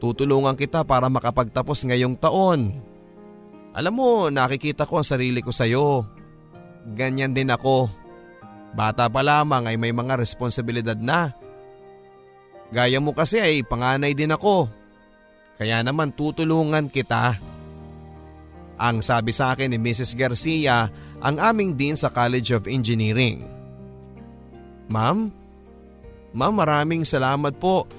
Tutulungan kita para makapagtapos ngayong taon. Alam mo, nakikita ko ang sarili ko sayo. Ganyan din ako. Bata pa lamang ay may mga responsibilidad na. Gaya mo kasi ay panganay din ako. Kaya naman tutulungan kita. Ang sabi sa akin ni Mrs. Garcia, ang aming dean sa College of Engineering. Ma'am? Ma'am, maraming salamat po.